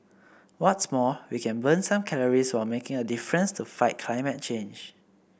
what's more we can burn some calories while making a difference to fight climate change